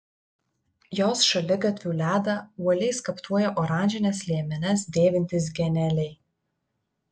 jos šaligatvių ledą uoliai skaptuoja oranžines liemenes dėvintys geneliai